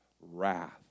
wrath